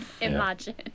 Imagine